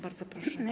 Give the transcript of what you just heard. Bardzo proszę.